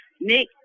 Nick